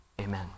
Amen